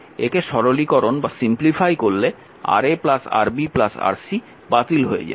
একে সরলীকরণ করলে Ra Rb Rc বাতিল হয়ে যাবে